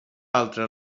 altre